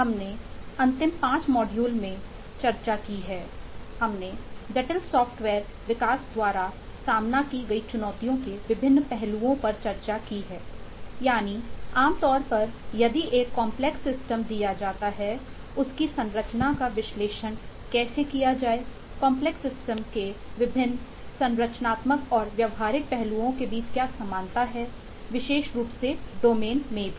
हमने अंतिम 5 मॉड्यूल में चर्चा की है हमने जटिल सॉफ़्टवेयर विकास द्वारा सामना की गई चुनौतियों के विभिन्न पहलुओं पर चर्चा की है यानी आम तौर पर यदि एक कॉम्प्लेक्स सिस्टम के विभिन्न संरचनात्मक और व्यवहारिक पहलुओं के बीच क्या समानता है विशेष रूप से डोमेन में भी